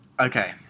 Okay